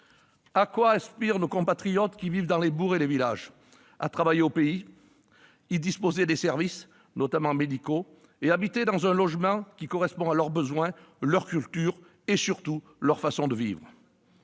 À quoi aspirent nos compatriotes qui vivent dans les bourgs et les villages ? À travailler au pays, à y disposer de services, notamment médicaux, et à habiter dans un logement qui corresponde à leurs besoins, leur culture et, surtout, leur façon de vivre.